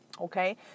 okay